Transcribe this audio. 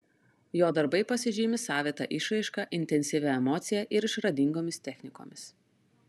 jo darbai pasižymi savita išraiška intensyvia emocija ir išradingomis technikomis